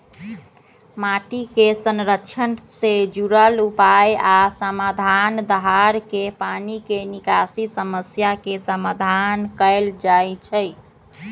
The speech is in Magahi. माटी के संरक्षण से जुरल उपाय आ समाधान, दाहर के पानी के निकासी समस्या के समाधान कएल जाइछइ